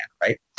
right